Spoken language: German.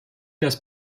das